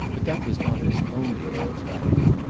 but that was not his only anxiety.